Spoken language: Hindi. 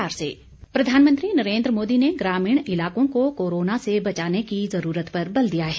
प्रधानमंत्री प्रधानमंत्री नरेन्द्र मोदी ने ग्रामीण इलाकों को कोरोना से बचाने की ज़रूरत पर बल दिया है